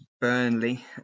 Burnley